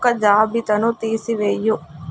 ఒక జాబితాను తీసివేయు